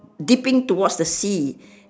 dipping towards the sea